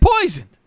poisoned